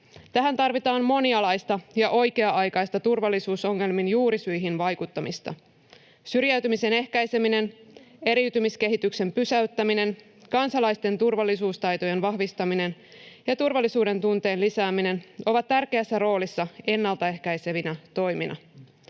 Tähän tarvitaan monialaista ja oikea-aikaista turvallisuusongelmien juurisyihin vaikuttamista. Syrjäytymisen ehkäiseminen, eriytymiskehityksen pysäyttäminen, kansalaisten turvallisuustaitojen vahvistaminen ja turvallisuudentunteen lisääminen ovat tärkeässä roolissa ennalta ehkäisevinä toimina.